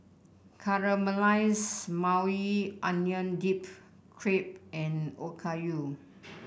Caramelized Maui Onion Dip Crepe and Okayu